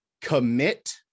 commit